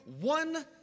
one